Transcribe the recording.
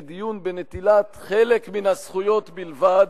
הגבילה את עצמה לדיון בנטילת חלק מן הזכויות בלבד,